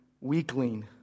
weakling